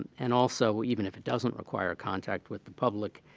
and also, even if it doesn't require a contact with the public,